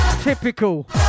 Typical